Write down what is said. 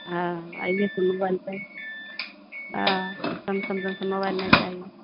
हँ अहिये तऽ मोबाइल हँ सेमसन मोबाइल नहि चाही